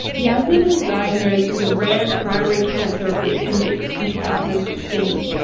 yasmin was diagnosed with a rare primary cancer of the appendix in two thousand and sixteen,